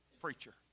preacher